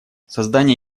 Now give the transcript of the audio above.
создание